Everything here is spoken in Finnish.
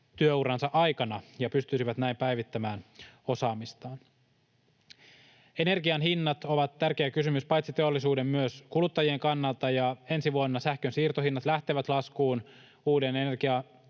työuransa aikana ja pystyisivät näin päivittämään osaamistaan. Energian hinnat ovat tärkeä kysymys paitsi teollisuuden myös kuluttajien kannalta. Ensi vuonna sähkön siirtohinnat lähtevät laskuun uuden